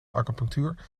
acupunctuur